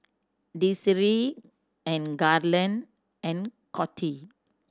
Desiree and Garland and Coty